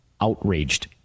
outraged